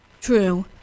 True